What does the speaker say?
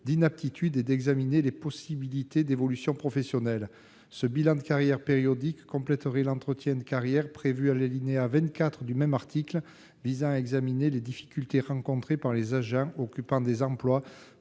d'inaptitude et d'examiner les possibilités d'évolution professionnelle. Ce bilan de carrière périodique compléterait l'entretien de carrière prévu à l'alinéa 24 du même article, qui vise à examiner les difficultés rencontrées par les agents occupant des emplois